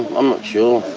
i'm not sure.